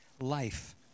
life